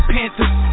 Panthers